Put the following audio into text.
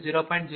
0050